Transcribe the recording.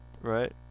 Right